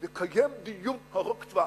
"נקיים דיון ארוך טווח".